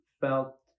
felt